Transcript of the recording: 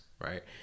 right